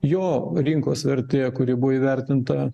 jo rinkos vertė kuri buvo įvertinta